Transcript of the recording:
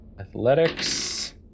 Athletics